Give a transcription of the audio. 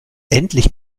endlich